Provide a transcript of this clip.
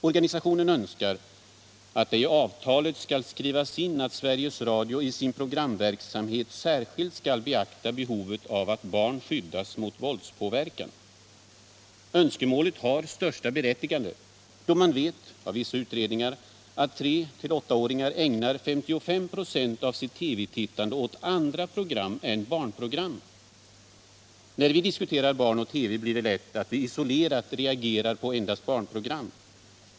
Organisationen önskar att ”det i avtalet skall skrivas in att Sveriges Radio i sin programverksamhet särskilt skall beakta behovet av att barn skyddas mot våldspåverkan”. Det önskemålet har högsta berättigande då man av vissa utredningar vet att 3-8-åringar ägnar 55 96 av sitt TV-tittande åt andra program än barnprogram. När vi diskuterar barn och TV blir det lätt så att vi isolerat reagerar på endast barnprogram.